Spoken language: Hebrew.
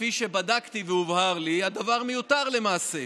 כפי שבדקתי והובהר לי, הדבר מיותר, למעשה,